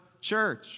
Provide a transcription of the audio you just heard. church